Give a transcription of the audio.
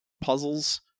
puzzles